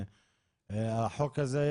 החוק הזה,